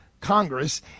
Congress